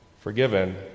forgiven